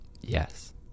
Yes